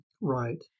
Right